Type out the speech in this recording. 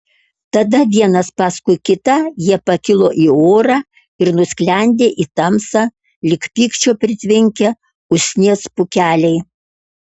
tada vienas paskui kitą jie pakilo į orą ir nusklendė į tamsą lyg pykčio pritvinkę usnies pūkeliai